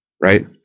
right